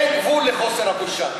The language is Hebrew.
הרי אין גבול לחוסר הבושה.